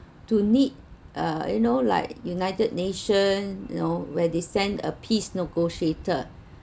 to need uh you know like united nation you know where they send a peace negotiator